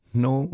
no